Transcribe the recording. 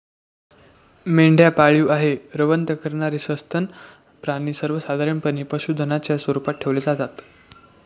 मेंढ्या पाळीव आहे, रवंथ करणारे सस्तन प्राणी सर्वसाधारणपणे पशुधनाच्या स्वरूपात ठेवले जातात